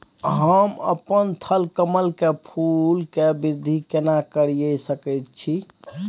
हम अपन थलकमल के फूल के वृद्धि केना करिये सकेत छी?